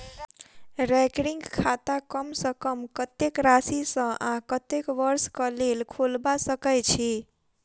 recurring खाता कम सँ कम कत्तेक राशि सऽ आ कत्तेक वर्ष कऽ लेल खोलबा सकय छी